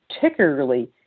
particularly